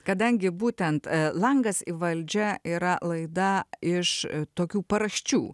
kadangi būtent langas į valdžią yra laida iš tokių paraščių